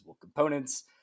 components